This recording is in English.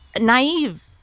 naive